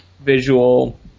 Visual